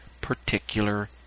particular